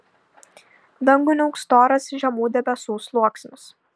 dangų niauks storas žemų debesų sluoksnis